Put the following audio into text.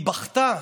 היא בכתה.